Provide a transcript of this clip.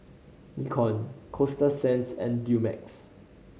Nikon Coasta Sands and Dumex